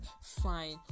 fine